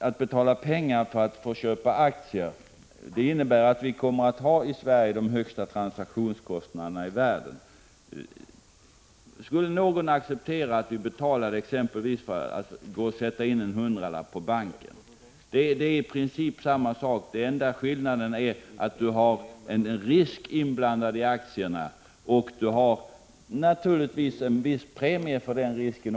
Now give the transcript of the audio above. Att betala pengar för att få köpa aktier innebär att vi i Sverige kommer att ha de högsta transaktionskostnaderna i världen. Skulle någon acceptera att vi betalade exempelvis för att sätta in en hundralapp på banken? Det är i princip samma sak. Enda skillnaden är att det finns en risk inblandad i aktierna och naturligtvis också en viss premie för den risken.